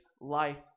life